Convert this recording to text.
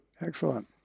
Excellent